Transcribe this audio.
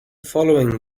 following